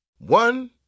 One